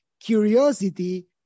curiosity